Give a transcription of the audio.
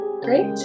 Great